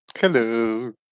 Hello